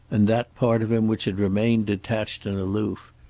and that part of him which had remained detached and aloof,